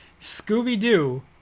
Scooby-Doo